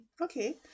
okay